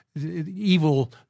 evil